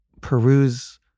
peruse